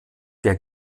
der